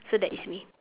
so that is me